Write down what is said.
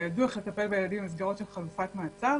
וידעו איך לטפל בילדים במסגרות של חלופת מעצר